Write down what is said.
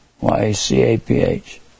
Y-A-C-A-P-H